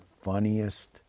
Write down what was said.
funniest